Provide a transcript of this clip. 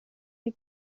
die